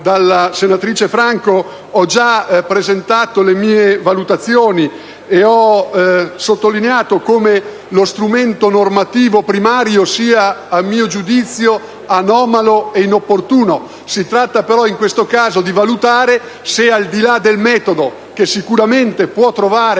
dalla senatrice Franco, ho già presentato le mie valutazioni e ho sottolineato come lo strumento normativo primario sia, a mio giudizio, anomalo e inopportuno. Si tratta in questo caso, però, di valutare se, al di là del metodo, che sicuramente può trovare